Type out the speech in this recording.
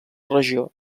regió